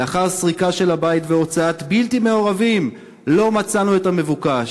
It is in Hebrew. לאחר סריקה של הבית והוצאת בלתי מעורבים לא מצאנו את המבוקש.